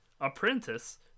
Apprentice